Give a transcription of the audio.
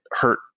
hurt